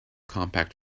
compact